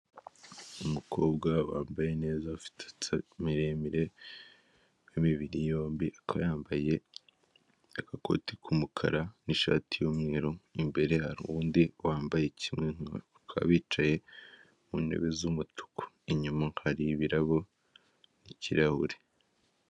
Umukobwa wambaye neza ufite imisatsi miremire w'imibiri yombi, akaba yambaye agakoti k'umukara n'ishati yu'mweru imbere hari undi wambaye kimwe nkawe bakaba bicaye ku ntebe z'umutuku inyuma hari ikrahure.